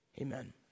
amen